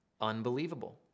unbelievable